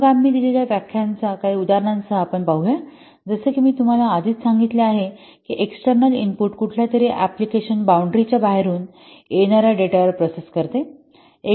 मग आम्ही दिलेल्या व्याख्यांच्या काही उदाहरणांसह आपण पाहू या जसे की मी तुम्हाला आधीच सांगितले आहे की एक्सटर्नल इनपुट कुठल्यातरी अँप्लिकेशन बॉउंडरी च्या बाहेरून येणार्या डेटावर प्रोसेस करते